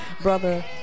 Brother